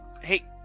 hey